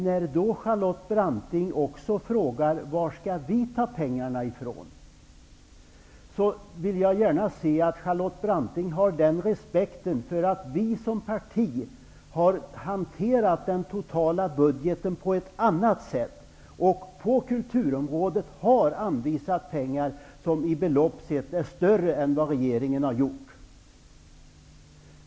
Men när Charlotte Branting frågar var vi socialdemokrater skall ta pengarna, vill jag gärna se att Charlotte Branting har respekt för att vi som parti har hanterat den totala budgeten på ett annat sätt och på kulturområdet anvisat ett större belopp än regeringen.